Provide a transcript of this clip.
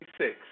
six